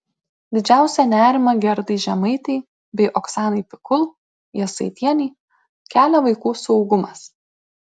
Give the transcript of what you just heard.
didžiausią nerimą gerdai žemaitei bei oksanai pikul jasaitienei kelia vaikų saugumas